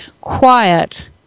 quiet